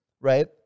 right